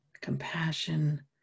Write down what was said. compassion